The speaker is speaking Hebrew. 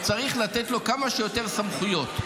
הוא צריך לתת לו כמה שיותר סמכויות.